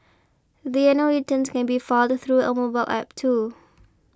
the annual returns can be filed through a mobile app too